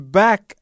back